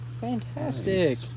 Fantastic